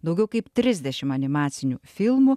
daugiau kaip trisdešim animacinių filmų